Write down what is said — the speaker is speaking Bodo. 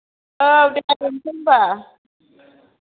औ दे दोनसै होमबा